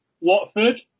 Watford